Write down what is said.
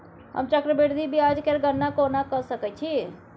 हम चक्रबृद्धि ब्याज केर गणना कोना क सकै छी